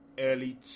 early